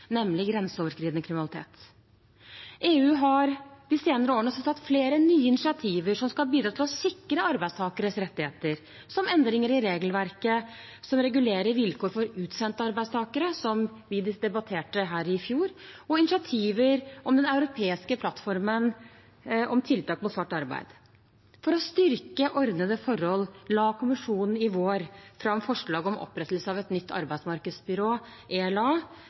nemlig grenseoverskridende kriminalitet. EU har de senere årene også tatt flere nye initiativer som skal bidra til å sikre arbeidstakeres rettigheter, som endringer i regelverket som regulerer vilkår for utsendte arbeidstakere, som vi debatterte her i fjor, og initiativer om den europeiske plattformen om tiltak mot svart arbeid. For å styrke ordnede forhold la Kommisjonen i vår fram forslag om opprettelse av nytt arbeidsmarkedsbyrå, ELA,